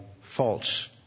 false